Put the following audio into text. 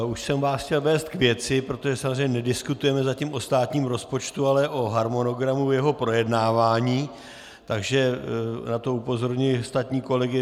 Už jsem vás chtěl vést k věci, protože samozřejmě nediskutujeme zatím o státním rozpočtu, ale o harmonogramu jeho projednávání, takže na to upozorňuji ostatní kolegy.